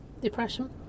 depression